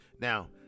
now